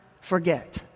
forget